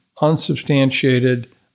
unsubstantiated